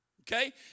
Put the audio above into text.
Okay